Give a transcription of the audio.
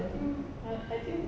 I think uh I think